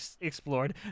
explored